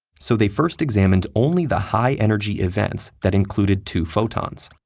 so they first examined only the high-energy events that included two photons.